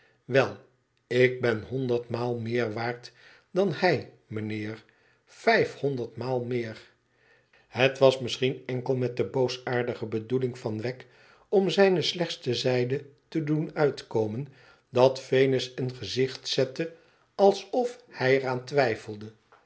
wel ik ben honderdmaal meer waard dan hij roeneer vijf honderdmaal meer het was misschien enkel met de boosaardige bedoeling van wegg om zijne slechtste zijde te doen uitkomen dat venus een gezicht zette alsof hij er aan twijfelde